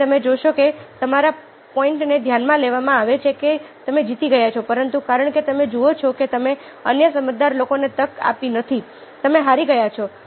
તેથી તમે જોશો કે તમારા પોઈન્ટને ધ્યાનમાં લેવામાં આવે છે કે તમે જીતી ગયા છો પરંતુ કારણ કે તમે જુઓ છો કે તમે અન્ય સમજદાર લોકોને તક આપી નથી તમે હારી ગયા છો